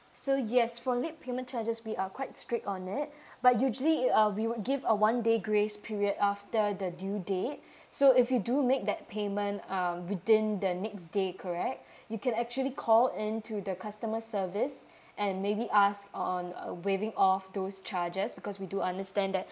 so yes for late payment charges we are quite strict on it but usually it uh we will give a one day grace period after the due date so if you do make that payment um within the next day correct you can actually call in to the customer service and maybe ask on uh waving off those charges because we do understand that